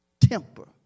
temper